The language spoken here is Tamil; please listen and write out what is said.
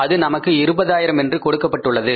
அது நமக்கு 20000 என்று கொடுக்கப்பட்டுள்ளது